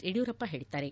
ಯಡಿಯೂರಪ್ಪ ಹೇಳಿದ್ದಾರೆ